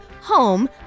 home